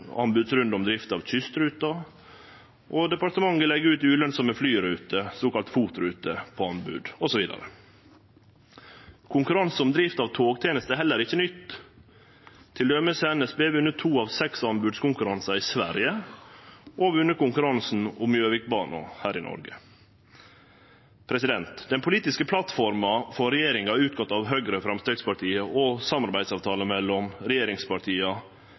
anbodsrunde om drift av kystruta, og departementet legg ut ulønsame flyruter, såkalla FOT-ruter, på anbod osv. Konkurranse om drift av togtenester er heller ikkje nytt. Til dømes har NSB vunne to av seks anbodskonkurransar i Sverige og vunne konkurransen om Gjøvikbanen her i Noreg. Den politiske plattforma for regjeringa, utgått av Høgre og Framstegspartiet, og samarbeidsavtalen mellom regjeringspartia